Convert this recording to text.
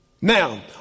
Now